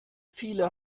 viele